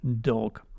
Dog